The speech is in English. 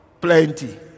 plenty